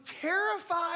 terrified